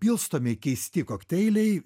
pilstomi keisti kokteiliai